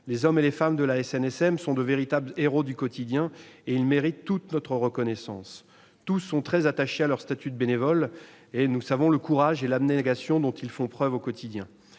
Les hommes et les femmes de la SNSM sont de véritables héros du quotidien, et ils méritent toute notre reconnaissance. Tous sont très attachés à leur statut de bénévoles. Nous connaissons le courage et l'abnégation dont ils font preuve au quotidien.